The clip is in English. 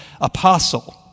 apostle